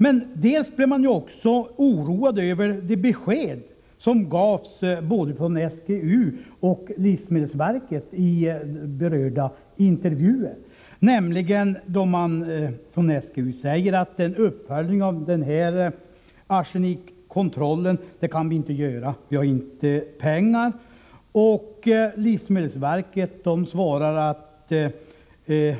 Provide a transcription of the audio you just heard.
Men de blir också oroade över de besked som gavs både från SGU och från livsmedelsverket i de intervjuer som förekommit. Från SGU:s sida säger man nämligen att man inte kan göra någon uppföljning av arsenikkontrollen på grund av brist på pengar, och från livsmedelsverket säger man att man inte